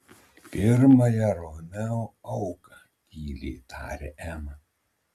pirmąją romeo auką tyliai tarė ema